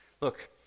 Look